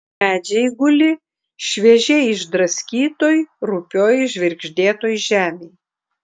medžiai guli šviežiai išdraskytoj rupioj žvirgždėtoj žemėj